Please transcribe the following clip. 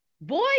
boy